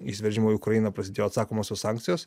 įsiveržimo į ukrainą prasidėjo atsakomosios sankcijos